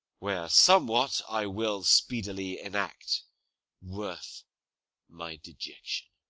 where somewhat i will speedily enact worth my dejection.